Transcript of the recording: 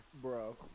Bro